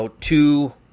two